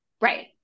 Right